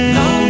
no